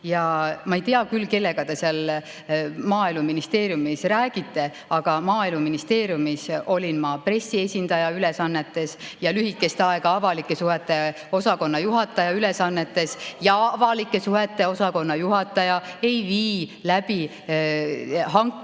Ma ei tea küll, kellega te seal Maaeluministeeriumis rääkisite, aga selles ministeeriumis olin ma pressiesindaja ülesannetes ja lühikest aega avalike suhete osakonna juhataja ülesannetes. Ja avalike suhete osakonna juhataja ei vii läbi hankeid.